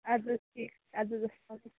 اَدٕ حظ ٹھیٖکھ اَدٕ حظ اسلامُ علیکم